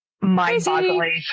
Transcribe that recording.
mind-boggling